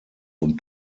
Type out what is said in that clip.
und